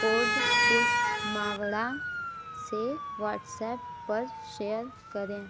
code Kush Mavda से WhatsApp पर share करें